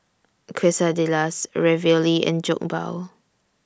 Quesadillas Ravioli and Jokbal